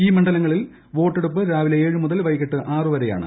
ഇൌർമുണ്ഡലങ്ങളിൽ വോട്ടെടുപ്പ് രാവിലെ ഏഴുമുതൽ വൈകിട്ട് ആറ്റു വ്രെയാണ്